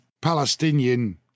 Palestinian